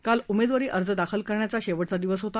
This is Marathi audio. काल उमेदवारी अर्ज दाखल करण्याचा शेवटचा दिवस होता